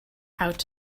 out